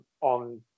on